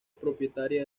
propietaria